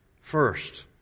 First